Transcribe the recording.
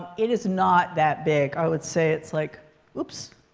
it is not that big. i would say it's, like oops.